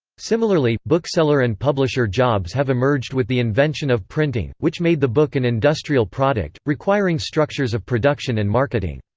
similarly, bookseller and publisher jobs have emerged with the invention of printing, which made the book an industrial product, requiring structures of production and marketing.